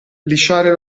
lisciare